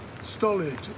stolid